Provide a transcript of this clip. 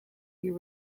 you